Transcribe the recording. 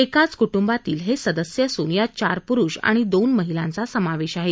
एकाच कुटुंबातील हे सदस्य असून यात चार पुरुष आणि दोन महिलांचा समावेश आहे